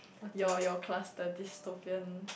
your your cluster dystopian